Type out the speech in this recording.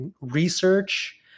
research